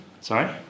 Sorry